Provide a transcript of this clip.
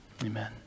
Amen